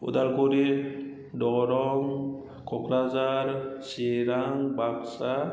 Udalguri Darrang Kokrajhar Chirang Baksa